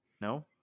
No